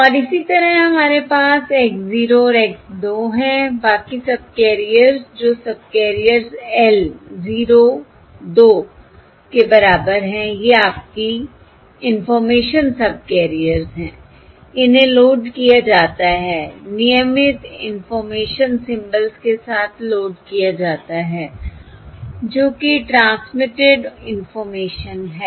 और इसी तरह हमारे पास X 0 और X 2 हैं बाकी सबकैरियर्स जो सबकैरियर्स L 0 2 के बराबर है ये आपकी इंफॉर्मेशन सबकैरियर्स हैं इन्हें लोड किया जाता है नियमित इंफॉर्मेशन सिंबल्स के साथ लोड किया जाता है जो कि ट्रांसमिटेड इंफॉर्मेशन है